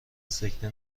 سکته